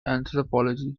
anthropology